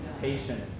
patience